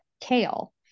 kale